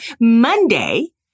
Monday